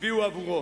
והצביעו עבורו.